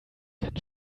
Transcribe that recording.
kann